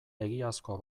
egiazkoa